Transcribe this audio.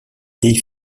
des